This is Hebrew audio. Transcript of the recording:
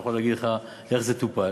שיכול להגיד לך איך זה טופל.